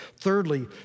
Thirdly